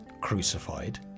crucified